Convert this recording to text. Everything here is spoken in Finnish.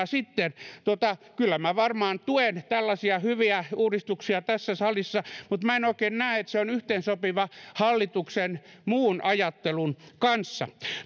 sitten kyllä minä varmaan tuen tällaisia hyviä uudistuksia tässä salissa mutta en oikein näe että se on yhteensopiva hallituksen muun ajattelun kanssa paikallinen sopiminen on